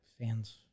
Fans